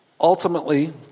Ultimately